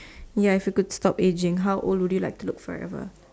ya if you could stop aging how old would you like to look forever